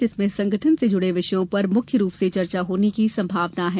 जिसमें संगठन से जुड़े विषयों पर मुख्य रूप से चर्चा होने की संभावना है